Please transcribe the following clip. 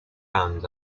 band